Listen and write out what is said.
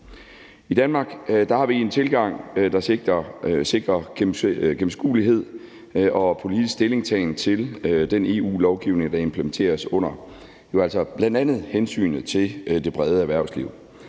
I Danmark har vi en tilgang, der sigter mod gennemskuelighed og politisk stillingtagen til den EU-lovgivning, der implementeres under, og jo altså bl.a. hensynet til det brede erhvervsliv.